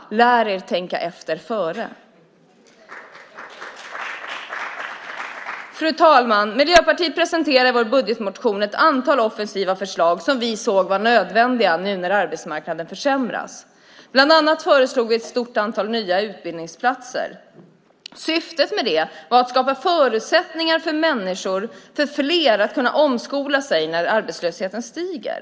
Lär er tänka efter före! Fru talman! Vi i Miljöpartiet presenterade i vår budgetmotion ett antal offensiva förslag som vi såg som nödvändiga nu när arbetsmarknaden försämras. Bland annat föreslog vi ett stort antal nya utbildningsplatser. Syftet var att skapa förutsättningar för fler att omskola sig när arbetslösheten stiger.